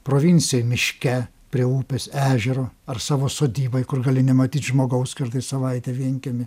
provincijoj miške prie upės ežero ar savo sodyboj kur gali nematyt žmogaus kartais savaitę vienkiemy